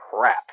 crap